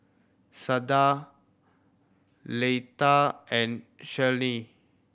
Sada Leitha and Cheryl